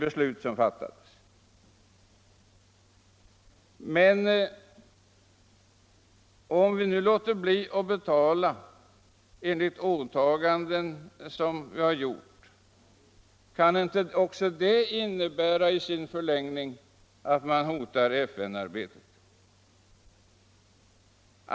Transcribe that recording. Men om Sverige nu låter bli att betala enligt sina åtaganden, kan inte också det i sin förlängning innebära ett hot mot FN-arbetet?